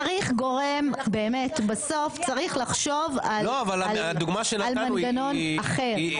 צריך גורם באמת, בסוף צריך לחשוב על מנגנון אחר.